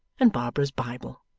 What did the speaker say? and barbara's bible.